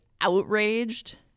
outraged